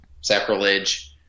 sacrilege